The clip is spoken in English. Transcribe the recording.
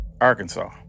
Arkansas